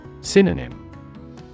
Synonym